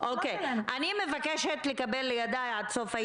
כדי להחזיק אותן ברמה היום